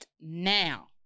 now